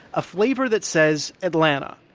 a flavor that says atlanta.